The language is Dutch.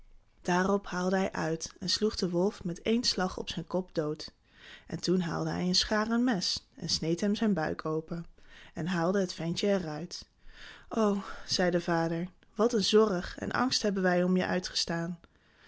daarop haalde hij uit en sloeg den wolf met één slag op zijn kop dood en toen haalden zij een schaar en mes en sneden hem zijn buik open en haalden het ventje er uit o zei de vader wat een zorg en angst hebben wij om je uitgestaan